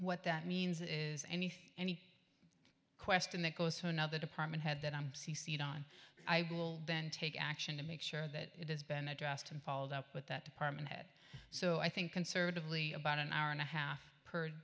what that means is anything question that goes to another department head that i'm c c don i will take action to make sure that it has been addressed and followed up with that department head so i think conservatively about an hour and a half per